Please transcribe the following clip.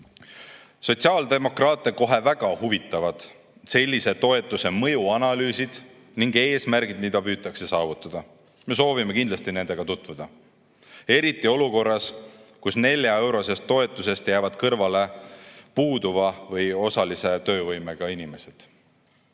Sotsiaaldemokraate kohe väga huvitavad sellise toetuse mõjuanalüüsid ja eesmärgid, mida püütakse saavutada. Me soovime kindlasti nendega tutvuda. Eriti olukorras, kus neljaeurosest toetusest jäävad kõrvale puuduva või osalise töövõimega inimesed. Sõjaga